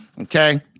Okay